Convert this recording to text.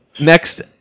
Next